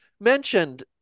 mentioned